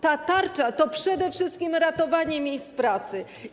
Ta tarcza to przede wszystkim ratowanie miejsc pracy.